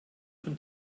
von